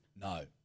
No